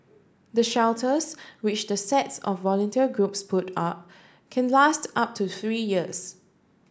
the shelters which the sets of volunteer groups put up can last up to three years